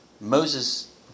Moses